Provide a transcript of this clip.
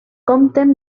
compten